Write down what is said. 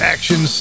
Action